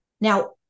Now